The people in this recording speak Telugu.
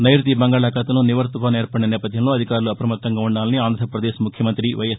నైరుతి బంగాళాఖాతంలో నివర్ తుపాను ఏర్పడిన నేపధ్యంలో అధికారులు అప్రమత్తంగా ఉండాలని ఆంధ్రప్రదేశ్ ముఖ్యమంత్రి వై ఎస్